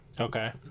Okay